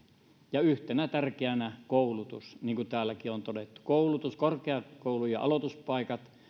ja yhtenä tärkeänä on koulutus niin kuin täälläkin on todettu koulutus korkeakoulujen aloituspaikat